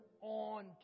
on